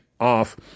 off